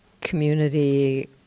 community